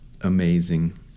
Amazing